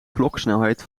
kloksnelheid